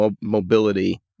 mobility